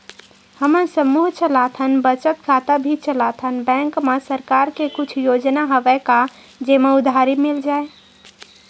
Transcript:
हमन समूह चलाथन बचत खाता भी चलाथन बैंक मा सरकार के कुछ योजना हवय का जेमा उधारी मिल जाय?